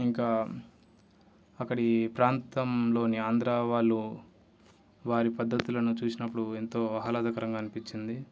ఇంకా అక్కడి ప్రాంతంలో ఆంధ్ర వాళ్ళు వారి పద్ధతులను చూసినప్పుడు ఎంతో ఆహ్లాదకరంగా అనిపించింది